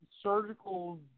surgical